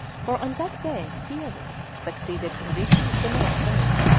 for on that day peary succeeded in reaching the north pole,